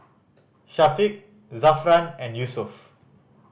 Syafiq Zafran and Yusuf